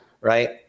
right